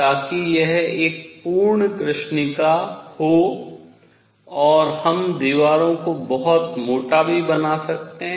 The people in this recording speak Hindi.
ताकि यह एक पूर्ण कृष्णिका हो और हम दीवारों को बहुत मोटा भी बना सकतें